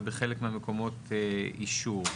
ובחלק מהמקומות אישור.